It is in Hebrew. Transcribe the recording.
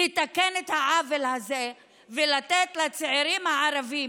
לתקן את העוול הזה ולתת לצעירים הערבים